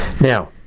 Now